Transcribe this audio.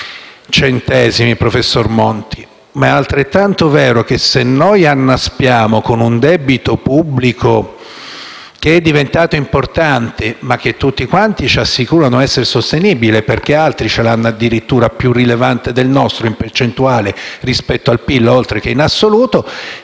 punti, professor Monti, ma è altrettanto vero che se noi annaspiamo con un debito pubblico che è diventato importante, ma che tutti ci assicurano essere sostenibile (dal momento che altri lo hanno addirittura più rilevante del nostro, in percentuale rispetto al PIL, oltre che in assoluto),